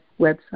website